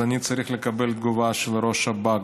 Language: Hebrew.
אז אני צריך לקבל תגובה של ראש שב"כ,